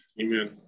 Amen